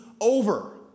over